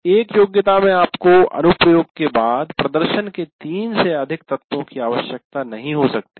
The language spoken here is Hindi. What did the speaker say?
एक योग्यता में आपको अनुप्रयोग के बाद प्रदर्शन के 3 से अधिक तत्वों की आवश्यकता नहीं हो सकती है